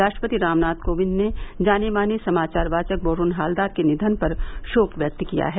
राष्ट्रपति रामनाथ कोविंद ने जानेमाने समाचार वाचक बोरून हलदर के निधन पर शोक व्यक्त किया है